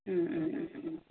മ്മ് മ്മ് മ്മ്